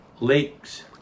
Lakes